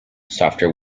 softer